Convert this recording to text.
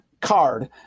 card